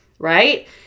Right